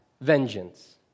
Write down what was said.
vengeance